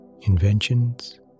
inventions